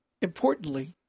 importantly